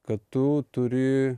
kad tu turi